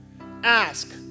Ask